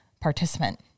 participant